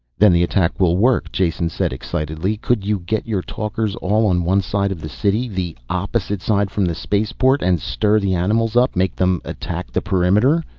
then the attack will work, jason said excitedly. could you get your talkers all on one side of the city the opposite side from the spaceport and stir the animals up? make them attack the perimeter?